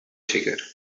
ticket